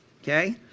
Okay